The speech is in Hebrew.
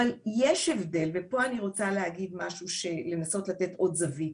אבל יש הבדל ופה אני רוצה להגיד משהו או לנסות לתת עוד זווית,